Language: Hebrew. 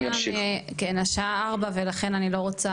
וגם השעה 16:00 ולכן אני לא רוצה,